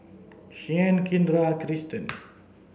Shianne Kindra and Kristian